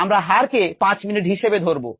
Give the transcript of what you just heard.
আমরা হার কে 5 মিনিট হিসেবে ধরবো